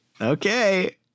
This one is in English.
Okay